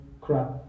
crap